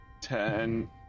Ten